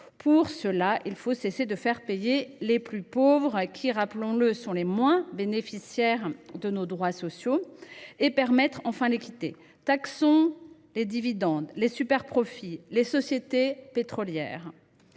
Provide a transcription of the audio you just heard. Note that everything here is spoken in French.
pour cela, il faut cesser de faire payer les plus pauvres, qui – rappelons le – sont ceux qui bénéficient le moins de nos droits sociaux, et garantir enfin l’équité. Taxons les dividendes, les superprofits et les sociétés pétrolières.